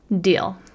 Deal